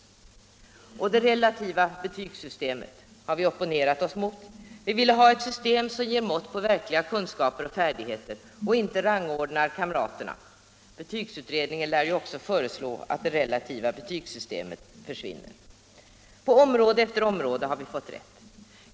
Vi opponerade oss mot det relativa betygssystemet och ville ha ett system som ger ett mått på verkliga kunskaper och färdigheter och inte rangordnar kamtarerna. Betygsutredningen lär föreslå att det relativa betygssystemet försvinner. På område efter område har vi fått rätt.